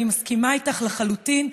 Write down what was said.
אני מסכימה איתך לחלוטין,